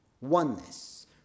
oneness